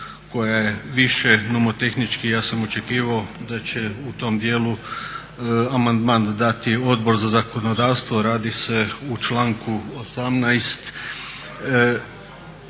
koja je više nomotehnički. Ja sam očekivao da će u tom dijelu amandman dati Odbor za zakonodavstvo. Radi se o članku 18.,